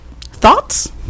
Thoughts